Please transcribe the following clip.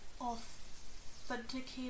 authenticated